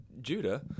Judah